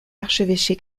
archevêché